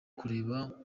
kureba